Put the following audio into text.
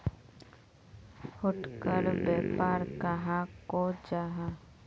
फुटकर व्यापार कहाक को जाहा?